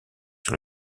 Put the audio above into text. sur